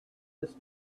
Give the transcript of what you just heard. this